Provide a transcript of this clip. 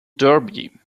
derby